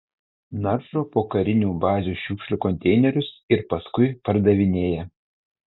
naršo po karinių bazių šiukšlių konteinerius ir paskui pardavinėja